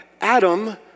Adam